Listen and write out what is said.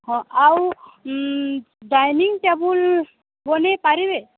ହଁ ଆଉ dining table ବନେଇ ପାରିବେ